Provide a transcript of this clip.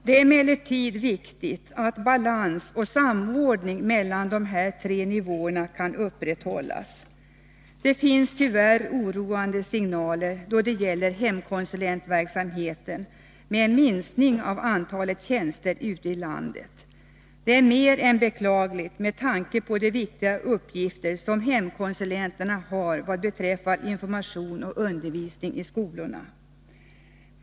Det är emellertid viktigt att balans och samordning mellan tre nivåer kan upprätthållas. Det finns tyvärr då det gäller hemkonsulentverksamheten oroande signaler om en minskning av antalet tjänster ute i landet. Det är mer än beklagligt med tanke på de viktiga uppgifter som hemkonsulenterna har vad beträffar information och undervisning i skolorna.